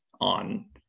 on